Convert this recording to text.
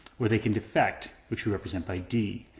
or they can defect, which we represent by d.